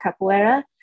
capoeira